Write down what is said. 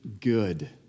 good